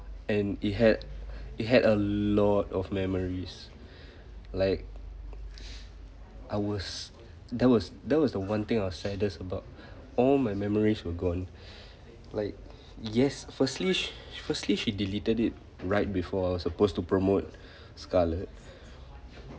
and it had it had a lot of memories like I was that was that was the one thing I was saddest about all my memories were gone like yes firstly firstly she deleted it right before I was supposed to promote scarlet